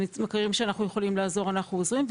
במקרים שאנחנו יכולים לעזור, אנחנו עוזרים.